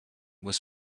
was